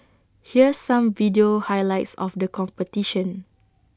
here's some video highlights of the competition